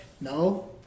No